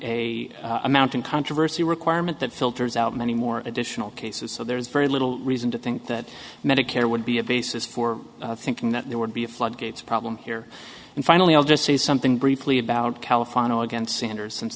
to a mountain controversy requirement that filters out many more additional cases so there is very little reason to think that medicare would be a basis for thinking that there would be a floodgates problem here and finally i'll just say something briefly about california against sanders since